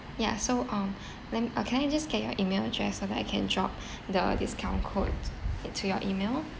ya so um let me can I just get your email address so that I can drop the discount code into your email